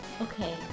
Okay